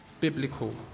biblical